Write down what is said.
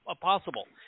possible